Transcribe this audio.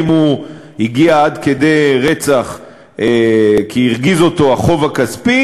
אם הוא הגיע עד כדי רצח כי הרגיז אותו החוב הכספי